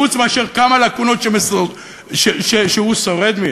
חוץ מכמה לקונות שהוא שורד מהן,